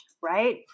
right